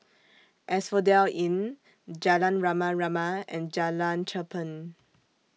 Asphodel Inn Jalan Rama Rama and Jalan Cherpen